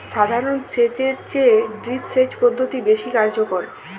সাধারণ সেচ এর চেয়ে ড্রিপ সেচ পদ্ধতি বেশি কার্যকর